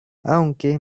aunque